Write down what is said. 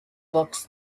books